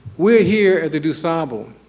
we're here at the dusable.